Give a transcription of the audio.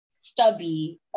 stubby